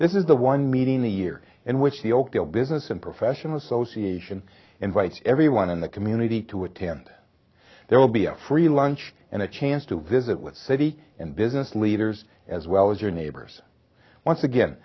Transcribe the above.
this is the one meeting the year in which the oakdale business and professional association invites everyone in the community to attend there will be a free lunch and a chance to visit with city and business leaders as well as your neighbors once again